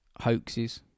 hoaxes